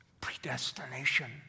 predestination